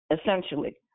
essentially